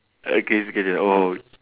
ah crazy coincidence oh